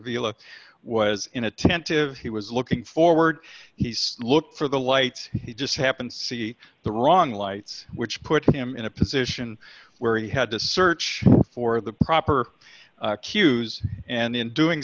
avila was inattentive he was looking forward he's looked for the lights he just happened see the wrong lights which put him in a position where he had to search for the proper cues and in doing